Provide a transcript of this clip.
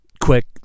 quick